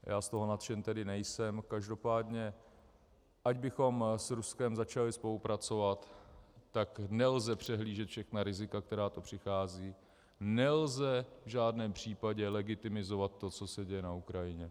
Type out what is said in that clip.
Já z toho nadšen tedy nejsem, každopádně ať bychom s Ruskem začali spolupracovat, tak nelze přehlížet všechna rizika, která přichází, nelze v žádném případě legitimizovat to, co se děje na Ukrajině.